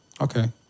Okay